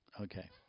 Okay